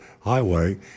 highway